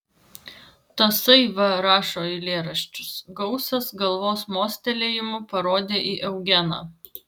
tasai va rašo eilėraščius gausas galvos mostelėjimu parodė į eugeną